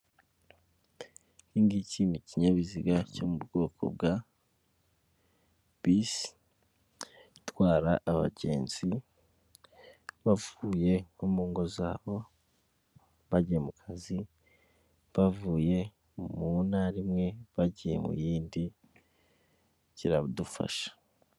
Ikingiki ni kinyabiziga cyo mu bwoko bwa bisi itwara abagenzi bavuye nko mu ngo zabo bajya mu kazi, bavuye mu ntara imwe bagiye mu yindi kiradufasha.